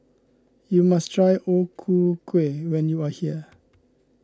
you must try O Ku Kueh when you are here